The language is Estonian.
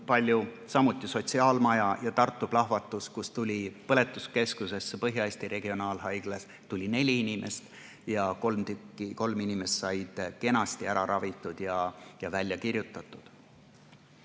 samuti sotsiaalmaja ja Tartu plahvatus, kui tuli põletuskeskusesse Põhja-Eesti Regionaalhaiglas neli inimest. Kolm inimest said kenasti ära ravitud ja välja kirjutatud.